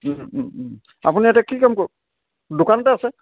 আপুনি ইয়াতে কি কাম দোকানতে আছে